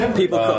people